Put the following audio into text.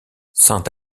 sainte